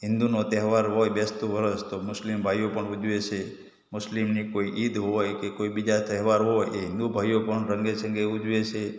હિન્દુનો તહેવાર હોય બેસતું વર્ષ તો મુસ્લિમભાઈઓ પણ ઉજવે છે મુસ્લિમની કોઈ ઈદ હોય કે કોઈ બીજા તહેવાર હોય એ હિંદુભાઈઓ પણ રંગેચંગે ઉજવે છે